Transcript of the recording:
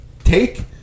take